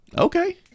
Okay